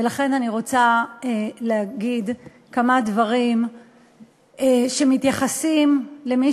ולכן אני רוצה להגיד כמה דברים שמתייחסים למי